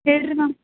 ಹೇಳಿರಿ ಮ್ಯಾಮ್